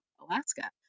Alaska